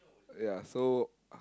yeah so